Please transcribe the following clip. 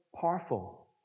powerful